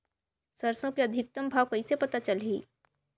सरसो के अधिकतम भाव कइसे पता चलही?